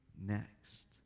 next